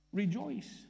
rejoice